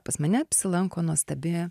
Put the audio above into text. pas mane apsilanko nuostabi